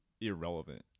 irrelevant